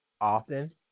often